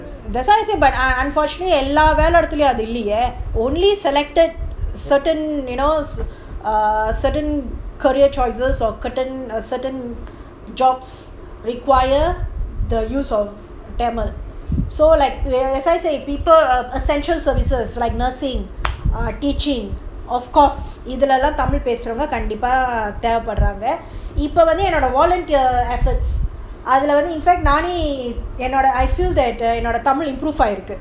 that's why I said unfortunately எல்லாவேலையிடத்துலயும்அதுஇல்லையே:ella velayidathulayum adhu ilaye only selected certain you know certain career choices or certain jobs require the use of tamil so like as I say people like essential services like nursing ah teaching of course இதுலலாம்தமிழ்பேசுறவங்ககண்டிப்பாதேவைப்படறாங்கஇப்போவந்து:idhulam tamilla pesuravanga kandipa thevaipadranga ipo vandhu I feel that tamil improve